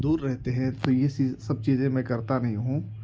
دور رہتے ہیں تو یہ سب چیزیں میں کرتا نہیں ہوں